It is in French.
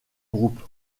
groupe